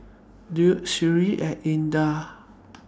Daud Seri and Indah